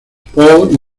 paul